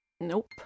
nope